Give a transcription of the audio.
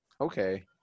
Okay